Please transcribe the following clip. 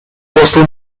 russell